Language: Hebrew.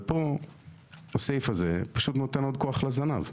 ופה הסעיף הזה פשוט נותן עוד כוח לזנב.